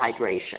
hydration